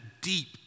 deep